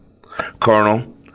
Colonel